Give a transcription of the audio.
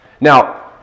Now